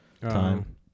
time